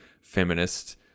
feminist